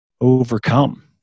overcome